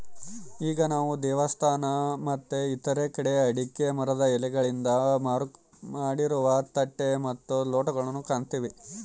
ಈಗ ನಾವು ದೇವಸ್ಥಾನ ಮತ್ತೆ ಇತರ ಕಡೆ ಅಡಿಕೆ ಮರದ ಎಲೆಗಳಿಂದ ಮಾಡಿರುವ ತಟ್ಟೆ ಮತ್ತು ಲೋಟಗಳು ಕಾಣ್ತಿವಿ